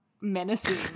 menacing